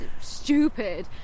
stupid